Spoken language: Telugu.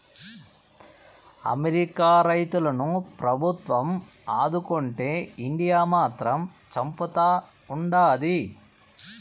అమెరికా రైతులను ప్రభుత్వం ఆదుకుంటే ఇండియా మాత్రం చంపుతా ఉండాది